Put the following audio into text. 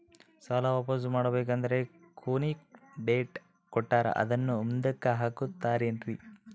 ಸಾಲ ವಾಪಾಸ್ಸು ಮಾಡಬೇಕಂದರೆ ಕೊನಿ ಡೇಟ್ ಕೊಟ್ಟಾರ ಅದನ್ನು ಮುಂದುಕ್ಕ ಹಾಕುತ್ತಾರೇನ್ರಿ?